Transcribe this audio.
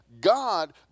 God